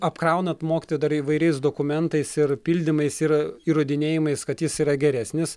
apkraunat mokytoją dar įvairiais dokumentais ir pildymais ir įrodinėjimais kad jis yra geresnis